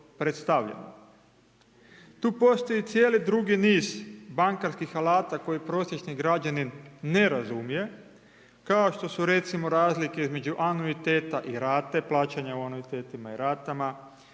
predstavljeno. Tu postoji cijeli drugi niz bankarskih alata koji prosječni građanin ne razumije, kao što su recimo razlike između anuiteta i rate, plaćanje u anuitetima i ratama,